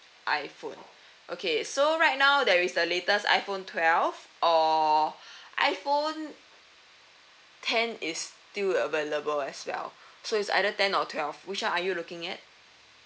iPhone okay so right now there is the latest iPhone twelve or iPhone ten is still available as well so it's either ten or twelve which one are you looking at